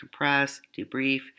debrief